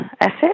asset